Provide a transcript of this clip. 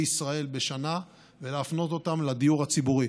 ישראל בשנה ולהפנות אותן לדיור הציבורי.